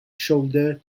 shoulder